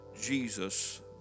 Jesus